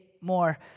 more